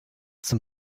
zum